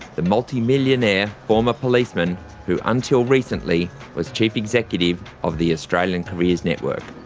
the multi-millionaire former policeman who until recently was chief executive of the australian careers network.